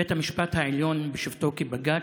בית המשפט העליון בשבתו כבג"ץ,